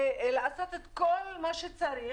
ולעשות את כל מה שצריך,